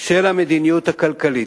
של המדיניות הכלכלית.